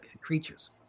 creatures